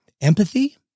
Empathy